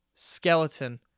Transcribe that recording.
skeleton